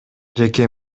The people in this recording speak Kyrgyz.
жеке